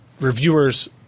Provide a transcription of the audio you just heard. reviewers